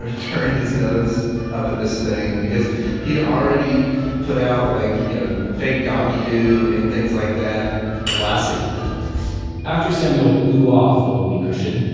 ah turn his nose up at this thing because he'd already put out like, you know, fake doggy doo and things like that classy after samuel blew off the whoopee cushion,